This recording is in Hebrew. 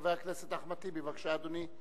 חבר הכנסת אחמד טיבי, בבקשה, אדוני.